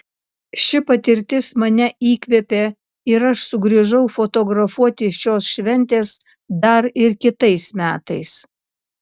ši patirtis mane įkvėpė ir aš sugrįžau fotografuoti šios šventės dar ir kitais metais